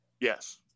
Yes